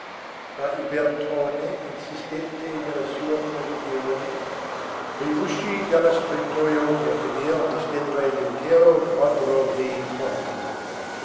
ma il bertone insistette nelle sue previsioni e uscì dallo scrittojo per finir di stendere l'intero quadro dei conti